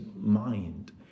mind